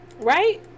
right